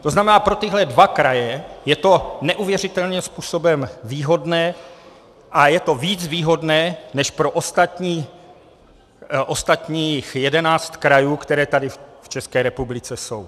To znamená, pro tyhle dva kraje je to neuvěřitelným způsobem výhodné a je to víc výhodné než pro ostatních 11 krajů, které tady v České republice jsou.